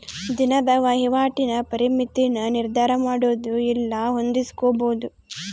ದಿನದ ವಹಿವಾಟಿನ ಪರಿಮಿತಿನ ನಿರ್ಧರಮಾಡೊದು ಇಲ್ಲ ಹೊಂದಿಸ್ಕೊಂಬದು